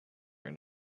and